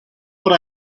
what